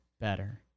better